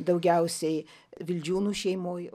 daugiausiai vildžiūnų šeimoj